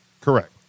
Correct